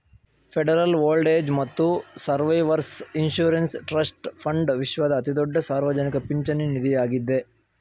federal old age ಮತ್ತು survivors insurance trust fund ವಿಶ್ವದ ಅತಿದೊಡ್ಡ ಸಾರ್ವಜನಿಕ ಪಿಂಚಣಿ ನಿಧಿಯಾಗಿದ್ದೆ